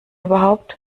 überhaupt